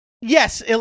Yes